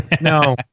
No